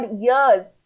years